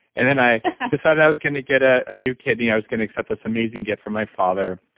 and then i decided i was going to get a ah new kidney. i was going to accept this amazing gift from my father.